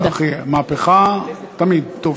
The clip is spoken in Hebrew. מהפכה תמיד טובה.